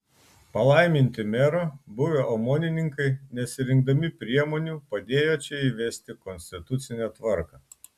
palaiminti mero buvę omonininkai nesirinkdami priemonių padėjo čia įvesti konstitucinę tvarką